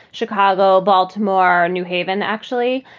chicago, baltimore, new haven, actually.